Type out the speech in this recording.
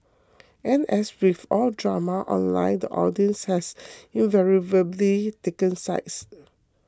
and as with all drama online the audience has invariably taken sides